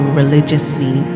religiously